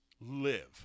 live